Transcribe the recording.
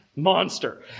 Monster